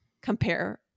compare